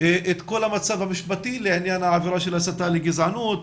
את כל המצב המשפטי לעניין העבירה של הסתה לגזענות,